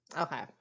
Okay